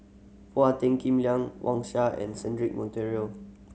Paul Tan Kim Liang Wang Sha and Cedric Monteiro